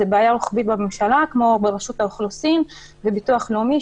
זו בעיה רוחבית בממשלה כמו ברשות האוכלוסין וביטוח לאומי,